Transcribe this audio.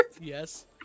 Yes